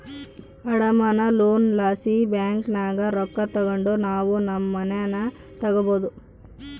ಅಡಮಾನ ಲೋನ್ ಲಾಸಿ ಬ್ಯಾಂಕಿನಾಗ ರೊಕ್ಕ ತಗಂಡು ನಾವು ನಮ್ ಮನೇನ ತಗಬೋದು